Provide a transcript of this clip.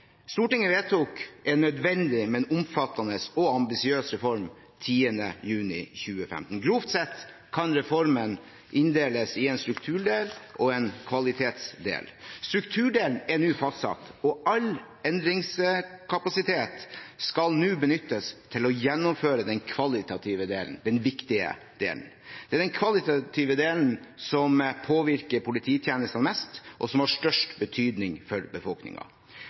Stortinget vedtok en nødvendig, men omfattende og ambisiøs reform 10. juni 2015. Grovt sett kan reformen inndeles i en strukturdel og en kvalitetsdel. Strukturdelen er nå fastsatt, og all endringskapasitet skal nå benyttes til å gjennomføre den kvalitative delen – den viktige delen. Det er den kvalitative delen som påvirker polititjenesten mest, og som har størst betydning for